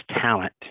talent